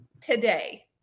today